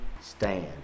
stand